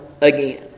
again